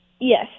Yes